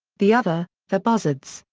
the other, the buzzards,